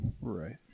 Right